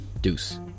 Deuce